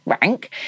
rank